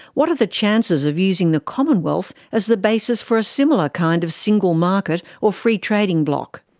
what are the chances of using the commonwealth as the basis for a similar kind of single market or free trading bloc?